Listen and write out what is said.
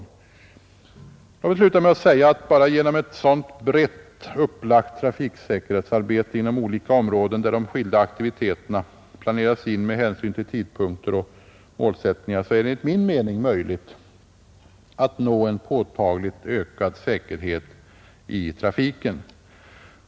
Jag vill sluta med att säga att vi genom ett sådant brett upplagt trafiksäkerhetsarbete inom olika områden, där de skilda aktiviteterna planerats in med hänsyn till tidpunkter och målsättningar, enligt min mening kan nå en påtagligt ökad säkerhet i trafiken.